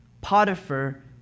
Potiphar